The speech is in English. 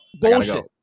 Bullshit